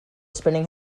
spinning